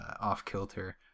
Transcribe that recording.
off-kilter